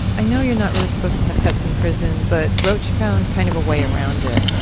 i know you're not really supposed to have pets in prison, but rauch found kind of a way around it.